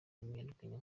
n’umunyarwenya